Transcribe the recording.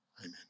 Amen